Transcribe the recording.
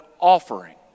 offering